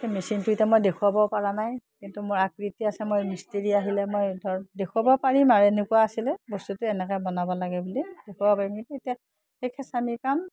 সেই মেচিনটো এতিয়া মই দেখুৱাব পৰাা নাই কিন্তু মোৰ আকৃতি আছে মই মিস্ত্ৰী আহিলে মই ধৰ দেখুৱাব পাৰিম আৰু এনেকুৱা আছিলে বস্তুটো এনেকৈ বনাব লাগে বুলি দেখুৱাব পাৰিম কিন্তু এতিয়া স সেই খেচানি কাম